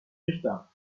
richter